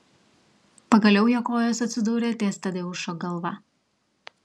pagaliau jo kojos atsidūrė ties tadeušo galva